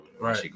Right